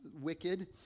wicked